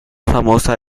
famosa